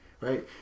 Right